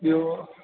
ॿियो